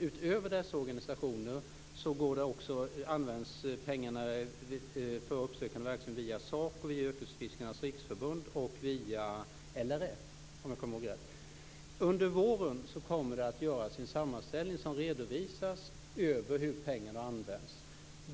Utöver dessa organisationer används pengarna för uppsökande verksamhet via SACO, Yrkesfiskarnas riksförbund och LRF - om jag kommer ihåg rätt. Under våren kommer det att göras en sammanställning som redovisar hur pengarna har använts.